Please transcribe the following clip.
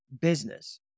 Business